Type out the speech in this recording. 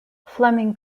fleming